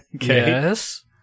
Yes